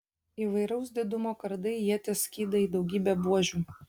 įvairaus didumo kardai ietys skydai daugybė buožių